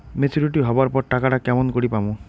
Maturity হবার পর টাকাটা কেমন করি পামু?